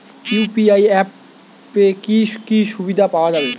UPI অ্যাপে কি কি সুবিধা পাওয়া যাবে?